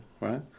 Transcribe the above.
right